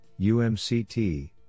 UMCT